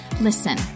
Listen